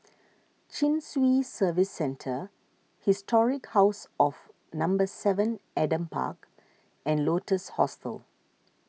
Chin Swee Service Centre Historic House of number Seven Adam Park and Lotus Hostel